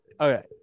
Okay